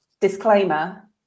Disclaimer